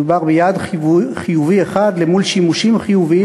מדובר ביעד חיובי אחד לעומת שימושים חיוביים